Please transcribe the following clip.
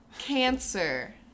Cancer